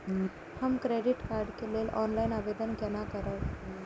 हम credit card के लेल ऑनलाइन आवेदन केना करब?